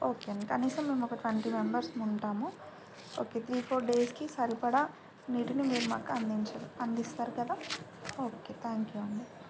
okay అండి కనీసం మేము ఒక ట్వంటీ మెంబెర్స్ ఉంటాము ఓకే త్రీ ఫోర్ డేస్కి సరిపడా నీటిని మీరు మాకు అందిస్తారు కదా ఓకే థ్యాంక్ యూ అండి